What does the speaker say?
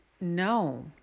No